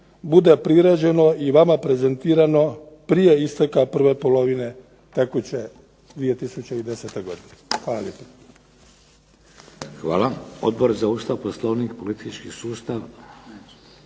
bude priređeno i vama prezentirano prije isteka prve polovine tekuće 2010. godine. Hvala